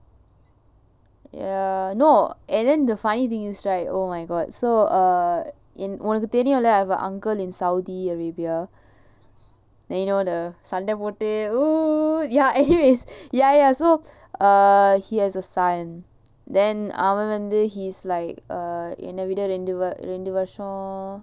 ya no and then the funny thing is right oh my god so err in உனக்கு தெரியும்ல:unakku theriyumla I have a uncle in saudi arabia then you know the சண்ட போட்டு:sanda pottu ya anyways ya ya so uh he has a son then அவன் வந்து:avan vanthu he's like err என்ன விட ரென்~ ரெண்டு வருஷோம்:enna vida ren~ rendu varushom